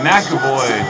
McAvoy